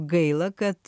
gaila kad